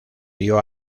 dio